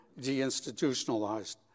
deinstitutionalized